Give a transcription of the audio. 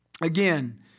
Again